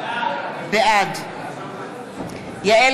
בעד יעל